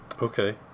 Okay